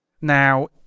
Now